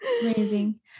amazing